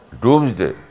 doomsday